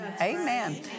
Amen